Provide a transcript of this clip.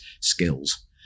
skills